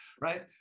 right